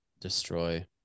destroy